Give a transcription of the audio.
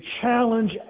challenge